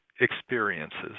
experiences